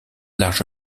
large